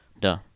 Duh